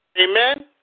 Amen